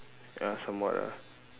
ya somewhat ah